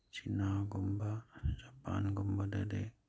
ꯆꯤꯅꯥꯒꯨꯝꯕ ꯖꯄꯥꯟꯒꯨꯝꯕꯗꯗꯤ